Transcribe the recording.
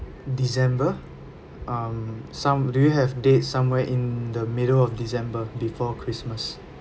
december um some do you have date somewhere in the middle of december before christmas